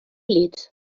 leeds